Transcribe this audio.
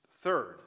Third